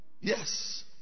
Yes